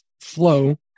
flow